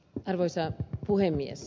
arvoisa puhemies